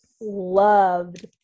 loved